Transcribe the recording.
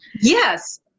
yes